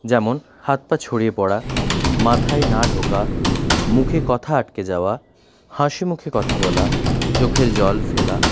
যেমন হাত পা ছড়িয়ে পড়া মাথায় না ঢোকা মুখে কথা আটকে যাওয়া হাসি মুখে কথা বলা চোখের জল ফেলা